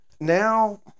now